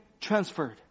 transferred